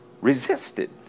resisted